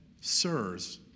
Sirs